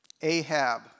Ahab